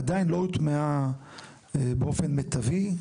עדיין לא הוטמעה באופן מיטבי.